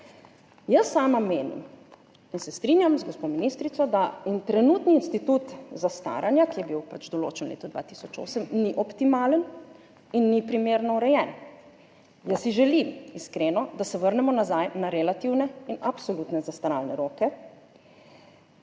Jaz sama menim in se strinjam z gospo ministrico, da trenutni institut zastaranja, ki je bil določen v letu 2008, ni optimalen in ni primerno urejen. Jaz si iskreno želim, da se vrnemo nazaj na relativne in absolutne zastaralne roke.